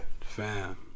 Fam